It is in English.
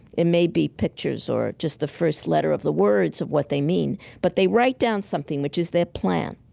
it may be pictures or just the first letter of the words of what they mean, but they write down something, which is their plan,